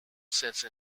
since